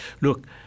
Look